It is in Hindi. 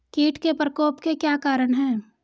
कीट के प्रकोप के क्या कारण हैं?